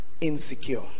insecure